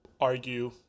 argue